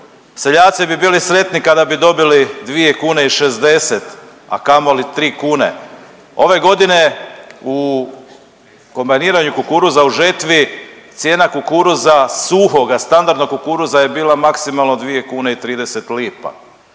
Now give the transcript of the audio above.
Seljaci bi bili sretni kada bi dobili 2 kune i 60, a kamoli 3 kune. Ove godine u kombajniranju kukuruza u žetvi cijena kukuruza, suhoga standardnog kukuruza je bila maksimalno 2 kune i 30 lipa,